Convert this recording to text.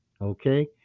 okay